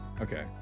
Okay